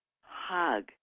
hug